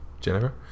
Jennifer